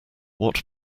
what